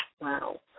Wow